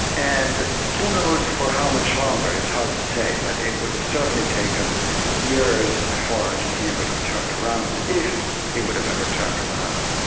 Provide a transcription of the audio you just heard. and who knows for how much longer it's hard to say. but it would have certainly taken years before argentina would have turned around if it would have ever turned around.